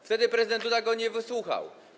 Wtedy prezydent Duda go nie wysłuchał.